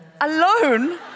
alone